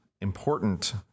important—